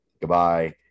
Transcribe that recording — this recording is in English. Goodbye